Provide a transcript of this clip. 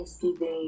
Thanksgiving